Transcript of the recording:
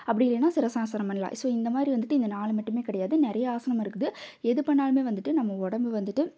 அப்படி இல்லையின்னா சிரசாசனம் பண்ணலாம் ஸோ இந்த மாதிரி வந்துட்டு இந்த நாலு மட்டுமே கிடையாது நிறைய ஆசனம் இருக்குது எது பண்ணிணாலுமே வந்துட்டு நம்ம உடம்பு வந்துட்டு